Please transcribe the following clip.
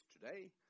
today